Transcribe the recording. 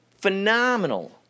Phenomenal